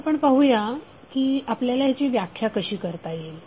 आता आपण पाहूया की आपल्याला ह्याची व्याख्या कशी करता येईल